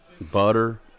Butter